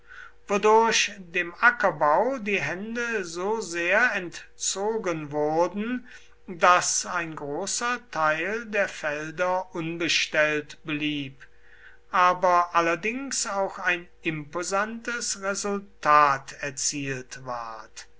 wodurch dem ackerbau die hände so sehr entzogen wurden daß ein großer teil der felder unbestellt blieb aber allerdings auch ein imposantes resultat erzielt ward